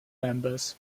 members